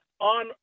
on